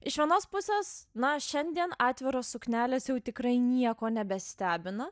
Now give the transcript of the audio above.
iš vienos pusės na šiandien atviros suknelės jau tikrai nieko nebestebina